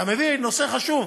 אתה מביא נושא חשוב,